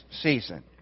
season